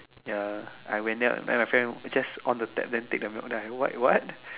ya I went there then my friend just on the tap then take the milk then what what